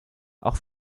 auch